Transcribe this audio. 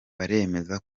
baremeza